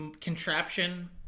contraption